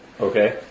Okay